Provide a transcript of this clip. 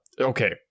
okay